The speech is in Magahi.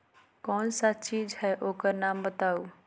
कौन सा चीज है ओकर नाम बताऊ?